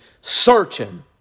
searching